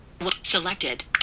Selected